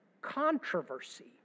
controversy